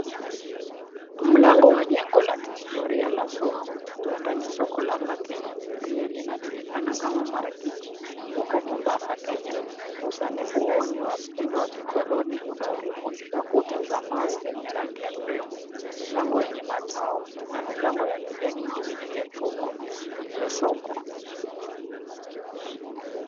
Mlango wa jengo la kihistoria la soko, huenda ni soko la 'Mackenon' pia linajulikana kama Marikiti huko Mombasa, Kenya. Usanifu huo ni wa mtindo wa kikoloni unaojumuisha kuta za mawe zenye rangi ya cream , milango yenye matao na milango ya kijana kibichi ya chuma iliyosukwa.